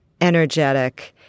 energetic